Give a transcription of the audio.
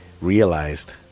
realized